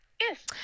yes